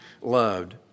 loved